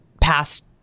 past